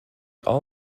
all